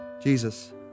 Jesus